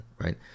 right